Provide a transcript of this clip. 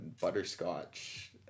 butterscotch